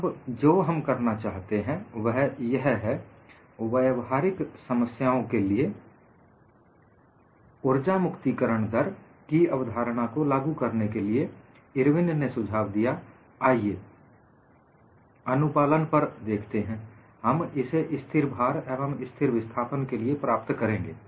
अब जो हम करना चाहते हैं वह यह है व्यवहारिक समस्याओं के लिए उर्जा मुक्तिकरण दर की अवधारणा को लागू करने के लिए इरविन ने सुझाव दिया आइये अनुपालन पर देखते हैं हम इसे स्थिर भार एवं स्थिर विस्थापन के लिए प्राप्त करेंगे